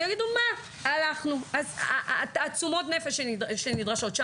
בגלל תעצומות הנפש שנדרשות לשם כך.